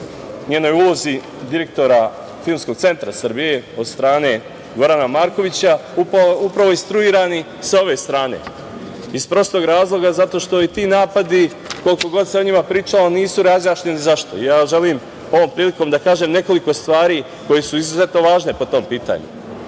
njenoj ulozi direktora Filmskog centra Srbije, od strane Gorana Markovića, upravo instruirani sa ove strane, iz prostog razloga zato što i ti napadi, koliko god se o njima pričalo nisu razjašnjeni zašto. Želim ovom prilikom da kažem nekoliko stvari koje su izuzetno važne po tom pitanju. Filmski